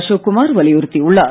அசோக் குமார் வலியுறுத்தி உள்ளார்